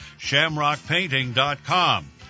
Shamrockpainting.com